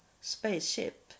spaceship